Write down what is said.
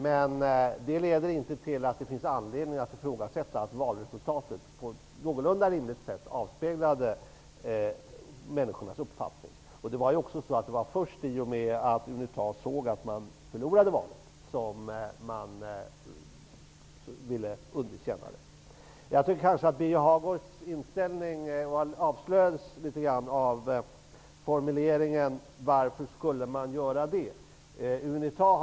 Men det konstaterandet leder inte till att det finns anledning att ifrågasätta att valresultatet på ett någorlunda rimligt sätt avspeglade människornas uppfattning. Det var först då man i Unita insåg att man förlorat valet som man ville underkänna det. Birger Hagårds inställning avslöjades när han undrade varför Unita skulle ge sig in i diskussioner som skulle kunna leda till att den egna positionen försvagades.